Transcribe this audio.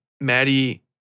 Maddie